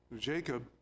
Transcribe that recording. Jacob